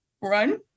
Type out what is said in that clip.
Run